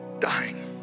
dying